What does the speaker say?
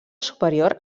superior